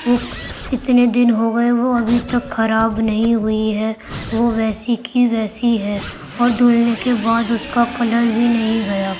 وہ اتنے دن ہو گئے وہ ابھی تک خراب نہیں ہوئی ہے وہ ویسی کی ویسی ہے اور دھلنے کے بعد اس کا کلر بھی نہیں گیا